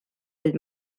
ell